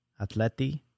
Atleti